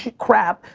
crap!